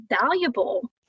valuable